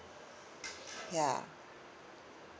ya